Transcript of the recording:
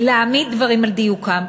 להעמיד דברים על דיוקם.